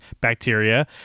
bacteria